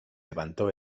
levantó